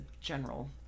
general